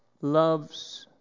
loves